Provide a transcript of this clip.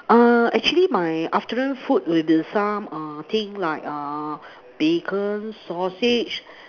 uh actually my afternoon food will be some uh thing like uh bacon sausage